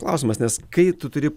klausimas nes kai tu turi